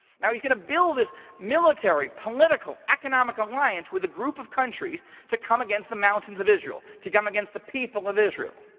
now he's gonna build this military political economic alliance with a group of countries to come against the mountains of israel to come against the people of israel.